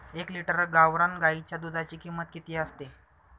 एक लिटर गावरान गाईच्या दुधाची किंमत किती असते?